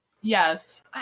yes